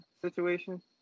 situation